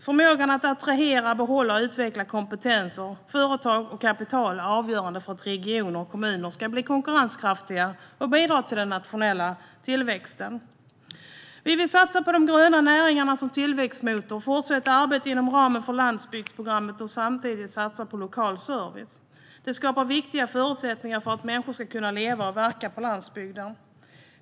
Förmågan att attrahera, behålla och utveckla kompetenser, företag och kapital är avgörande för att regioner och kommuner ska bli konkurrenskraftiga och bidra till den nationella tillväxten. Vi vill satsa på de gröna näringarna som tillväxtmotor, fortsätta arbetet inom ramen för landsbygdsprogrammet och samtidigt satsa på lokal service. Detta skapar viktiga förutsättningar för att människor ska kunna leva och verka på landsbygden.